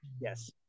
Yes